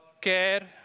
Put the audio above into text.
care